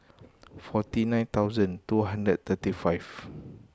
forty nine thousand two hundred twenty five